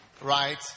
Right